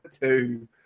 two